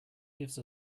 gives